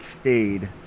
stayed